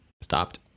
stopped